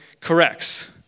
corrects